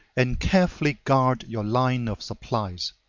and carefully guard your line of supplies.